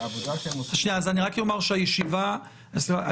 שהעבודה שהם עושים --- אני רק אומר שהישיבה נעולה,